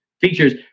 features